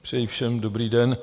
Přeji všem dobrý den.